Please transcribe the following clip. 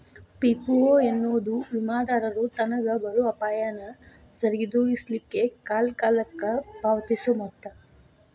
PPO ಎನ್ನೊದು ವಿಮಾದಾರರು ತನಗ್ ಬರೊ ಅಪಾಯಾನ ಸರಿದೋಗಿಸ್ಲಿಕ್ಕೆ ಕಾಲಕಾಲಕ್ಕ ಪಾವತಿಸೊ ಮೊತ್ತ